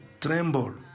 tremble